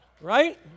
Right